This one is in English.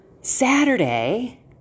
Saturday